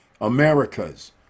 america's